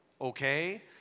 okay